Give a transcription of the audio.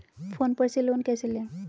Phone पर से loan कैसे लें?